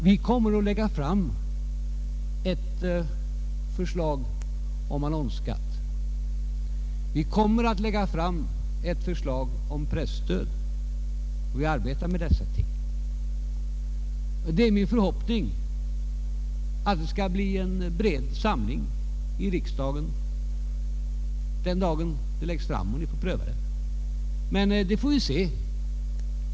Vi kommer att lägga fram förslag om annonsskatt och presstöd; vi arbetar med det. Och det är min förhoppning att det skall bli en bred samling i riksdagen kring de frågorna den dag förslagen föreligger. Vi får se hur det går.